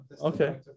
Okay